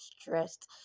stressed